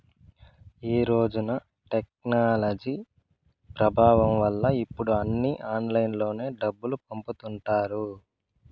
ఈ రోజున టెక్నాలజీ ప్రభావం వల్ల ఇప్పుడు అన్నీ ఆన్లైన్లోనే డబ్బులు పంపుతుంటారు